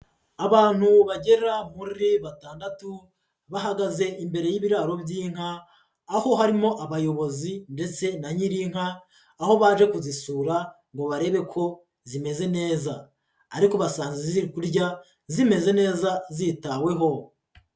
Abantu bagera muri batandatu, bahagaze imbere y'ibiraro by'inka, aho harimo abayobozi ndetse na nyiri inka, aho baje kuzisura ngo barebe ko zimeze neza. Ariko basanga ziri kurya zimeze neza zitaweho.